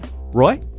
Roy